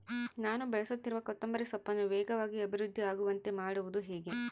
ನಾನು ಬೆಳೆಸುತ್ತಿರುವ ಕೊತ್ತಂಬರಿ ಸೊಪ್ಪನ್ನು ವೇಗವಾಗಿ ಅಭಿವೃದ್ಧಿ ಆಗುವಂತೆ ಮಾಡುವುದು ಹೇಗೆ?